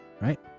right